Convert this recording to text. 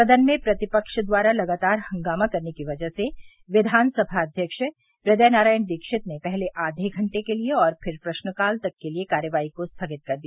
सदन में प्रतिपक्ष द्वारा लगातार हंगामा करने की वजह से विघानसभा अध्यक्ष हृदय नारायण दीक्षित ने पहले आवे घंटे के लिए और फिर प्रश्न काल तक के लिए कार्यवाही को स्थगित कर दिया